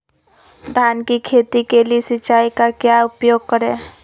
धान की खेती के लिए सिंचाई का क्या उपयोग करें?